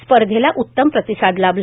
स्पर्धेला उत्तम प्रतिसाद लाभला